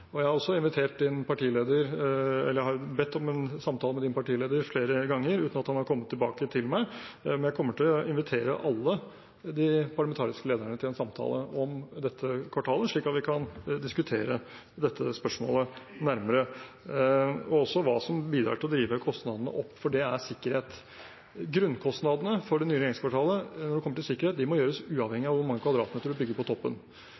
Jeg har også bedt om en samtale med representantens partileder flere ganger, uten at han har kommet tilbake til meg, men jeg kommer til å invitere alle de parlamentariske lederne til en samtale om dette kvartalet, slik at vi kan diskutere dette spørsmålet nærmere, og også hva som bidrar til å drive kostnadene opp, for det er sikkerhet. Grunnkostnadene for det nye regjeringskvartalet når det kommer til sikkerhet, må tas uavhengig av hvor mange kvadratmeter man bygger på toppen.